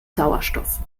sauerstoff